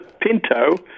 Pinto